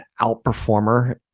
outperformer